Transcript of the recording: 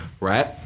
right